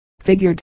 figured